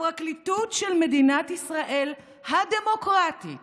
הפרקליטות של מדינת ישראל הדמוקרטית